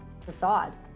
facade